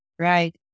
Right